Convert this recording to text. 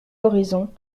horizon